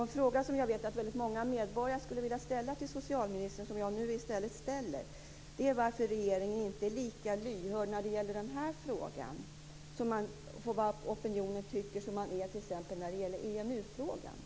En fråga som jag vet att väldigt många medborgare skulle vilja ställa till socialministern är följande: Varför är regeringen inte lika lyhörd för vad opinionen tycker i den här frågan som i t.ex. EMU-frågan?